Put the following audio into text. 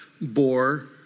bore